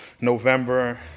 November